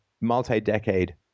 multi-decade